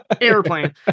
Airplane